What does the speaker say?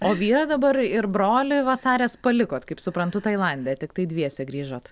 o vyrą dabar ir brolį vasarės palikot kaip suprantu tailande tiktai dviese grįžot